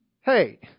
Hey